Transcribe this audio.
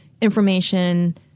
information